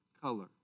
color